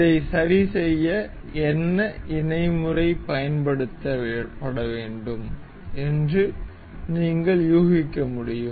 இதை சரிசெய்ய என்ன இணை முறை பயன்படுத்தப்பட வேண்டும் என்று நீங்கள் யூகிக்க முடியும்